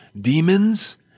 demons